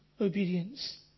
obedience